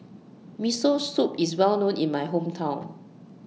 Miso Soup IS Well known in My Hometown